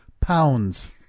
pounds